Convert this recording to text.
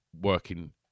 working